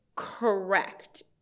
Correct